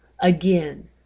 Again